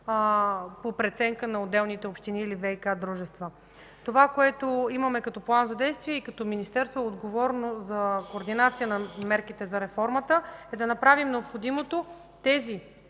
по преценка на отделните общини или ВиК-дружества. Това, което имаме като план за действие и като Министерство с отговорност за координация на мерките за реформата, е да направим необходимото тези